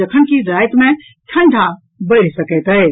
जखनकि राति मे ठंडा बढ़ि सकैत अछि